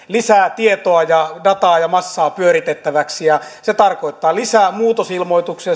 lisää tietoa ja dataa ja massaa pyöritettäväksi se tarkoittaa lisää muutosilmoituksia